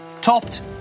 topped